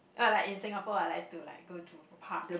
ah like in Singapore I like to like go to a park